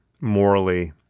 morally